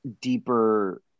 deeper